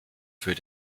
für